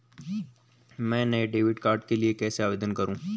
मैं नए debit card के लिए कैसे आवेदन करूं?